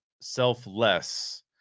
selfless